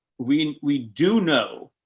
we and we do know